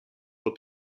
wird